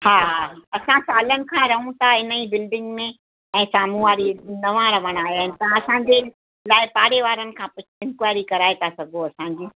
हा हा असां सालनि खां रहूं था इन ई बिलडिंग में ऐं साम्हूं वारी नवां रहणु आया आहिनि त असांजे लाइ पाड़ेवारनि खां पु इंक्वाएरी कराए था सघो असांजी